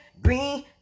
green